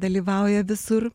dalyvauja visur